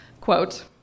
quote